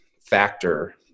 factor